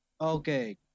Okay